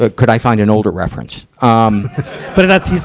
ah could i find an older reference? um but that's,